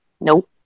Nope